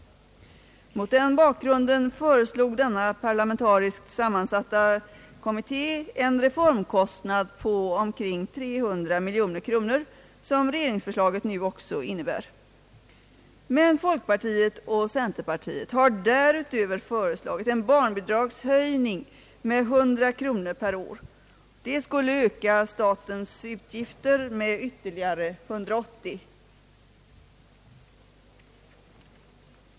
Mot den bakgrunden föreslog denna parlamentariskt sammansatta kommitté en reformkostnad på omkring 300 miljoner kronor, som regeringsförslaget nu också innebär. Men folkpartiet och centerpartiet har därutöver föreslagit en barnbidragshöjning med 100 kronor per år. Det skulle öka statens utgifter med ytterligare 180 miljoner kronor.